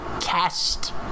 cast